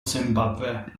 zimbabwe